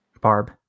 Barb